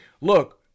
look